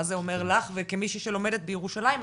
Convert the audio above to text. מה זה אומר לך וכמישהי שלומדת בירושלים,